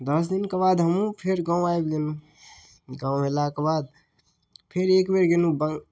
दस दिनके बाद हमहूँ फेर गाम आबि गेलहुँ गाम अएलाके बाद फेर एकबेर गेलहुँ बङ्ग